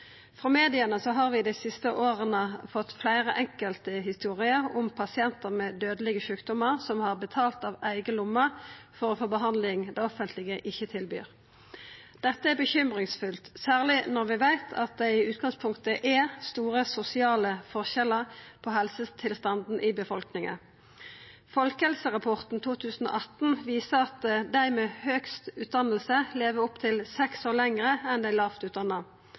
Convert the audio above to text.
Frå media har vi dei siste åra fått fleire enkelthistorier om pasientar med dødelege sjukdomar som har betalt av eiga lomme for å få behandling det offentlege ikkje tilbyr. Dette er bekymringsfullt, særleg når vi veit at det i utgangspunktet er store sosiale forskjellar i helsetilstanden i befolkninga. Folkehelserapporten 2018 frå Folkehelseinstituttet viser at dei med høgast utdanning lever opptil seks år lenger enn dei lågt utdanna. Dei sosiale forskjellane i levealder aukar, og dei er